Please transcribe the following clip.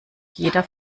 jeder